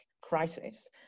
crisis